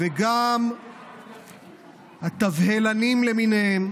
וגם התבהלנים למיניהם